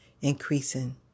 Increasing